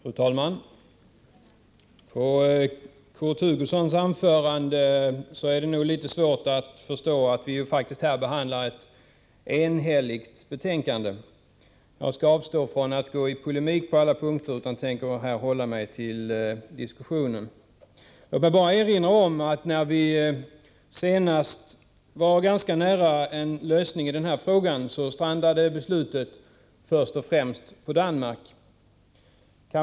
Fru talman! Efter Kurt Hugossons anförande är det litet svårt att förstå att vi faktiskt behandlar ett enhälligt betänkande. Jag skall avstå från att gå i polemik med honom på alla punkter, och jag kommer att hålla mig till huvudfrågan. Jag vill bara erinra om att ett beslut i frågan, när vi senast var ganska nära en lösning, först och främst strandade på den hållning man intog i Danmark.